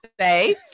say